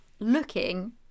looking